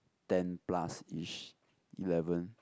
ten plus-ish eleven